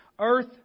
earth